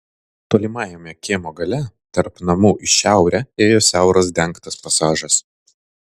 tolimajame kiemo gale tarp namų į šiaurę ėjo siauras dengtas pasažas